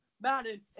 Madden